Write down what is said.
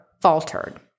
faltered